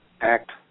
Act